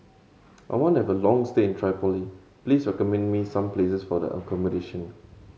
I want to have a long stay in Tripoli please recommend me some places for accommodation